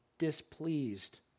displeased